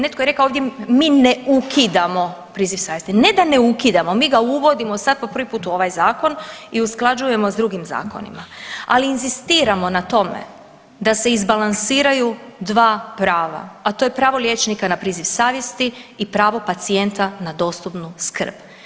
Netko je rekao ovdje, mi ne ukidamo priziva savjesti, ne da ne ukidamo mi ga uvodimo sad po prvi put u ovoj zakon i usklađujemo s drugim zakonima, ali inzistiramo na tome da se izbalansiraju dva prava, a to je pravo liječnika na priziv savjesti i pravo pacijenta na dostupnu skrb.